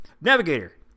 Navigator